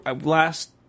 last